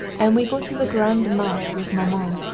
and we go to the grand mass with maman.